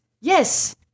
Yes